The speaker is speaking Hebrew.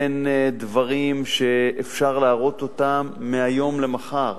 אין דברים שאפשר להראות מהיום למחר.